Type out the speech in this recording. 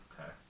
Okay